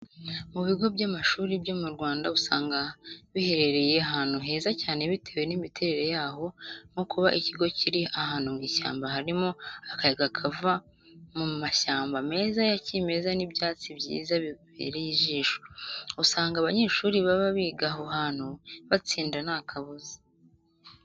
Mu bigo by'amashuri byo mu Rwanda usanga biherereye ahantu heza cyane bitewe n'imiterere yaho nko kuba ikigo kiri ahantu mu ishyamba harimo akayaga kava mu mahyamba meza ya kimeza n'ibyatsi byiza bibereye ijisho, usanga abanyeshuri baba biga aho hantu batsinda nta kabuza.